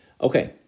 Okay